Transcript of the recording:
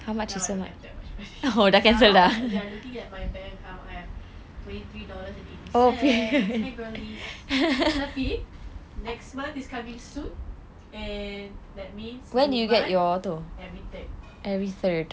and now I don't have that much now we are looking at my bank account I have twenty three dollars and eighty cents at least appear next month is coming soon and that means new money admitted